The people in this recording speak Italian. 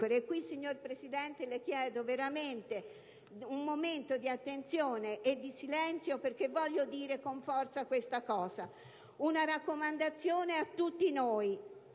Qui, signor Presidente, le chiedo veramente un momento di attenzione e di silenzio perché voglio dire con forza questa cosa. Voglio fare una raccomandazione a tutti noi,